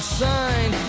sign